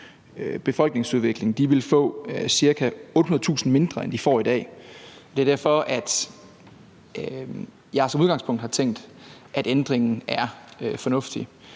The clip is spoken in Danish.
befolkningsudvikling, vil få ca. 800.000 kr. mindre, end de får i dag. Det er derfor, jeg som udgangspunkt har tænkt, at ændringen er fornuftig.